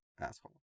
asshole